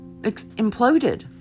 imploded